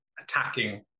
attacking